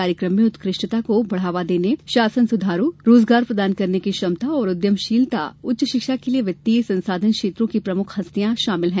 कार्यक्रम में उत्कृष्टता को बढावा देने शासन सुधारों रोजगार प्रदान करने की क्षमता और उद्यमशीलता उच्च शिक्षा के लिए वित्तीय संसाधन क्षेत्रों की प्रमुख हस्तियां शामिल हैं